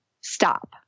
stop